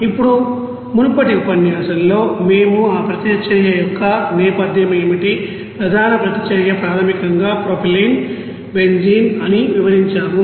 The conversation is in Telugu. ఇప్పుడు మునుపటి ఉపన్యాసంలో మేము ఆ ప్రతిచర్య యొక్క నేపథ్యం ఏమిటి ప్రధాన ప్రతిచర్య ప్రాథమికంగా ప్రొపైలీన్ బెంజీన్ అని వివరించాము